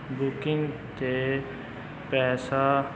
booking ਅਤੇ ਪੈਸਾ